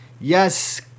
yes